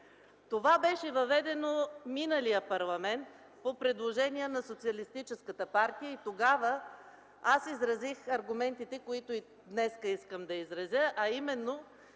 Това беше въведено в миналия парламент по предложение на Социалистическата партия и тогава аз изразих аргументите, които и днес искам да изразя, а именно,